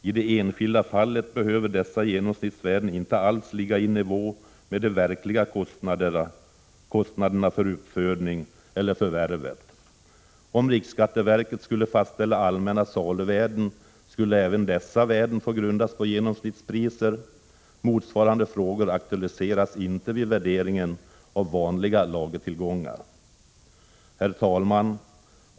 I det enskilda fallet behöver dessa genomsnittsvärden inte alls ligga i nivå med de verkliga kostnaderna för uppfödning förvärv. Om riksskatteverket skulle fastställa allmänna saluvärden, skulle även dessa värden få grundas på genomsnittspriser. Motsvarande frågor aktualiseras inte vid värderingen av vanliga lagertillgångar. Herr talman!